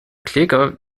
kläger